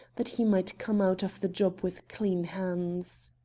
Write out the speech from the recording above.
that he might come out of the job with clean hands.